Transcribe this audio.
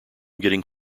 getting